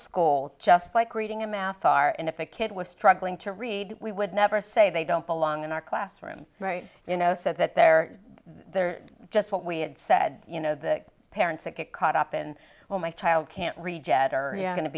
school just like reading and math are in a fit kid was struggling to read we would never say they don't belong in our classroom right you know said that they're just what we had said you know the parents that get caught up and well my child can't rejet are going to